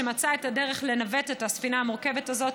שמצאה את הדרך לנווט את הספינה המורכבת הזאת,